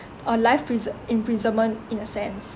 a life prison imprisonment in a sense